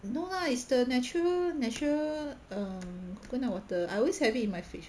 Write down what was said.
no lah it's the natural natural um coconut water I always have it in my fridge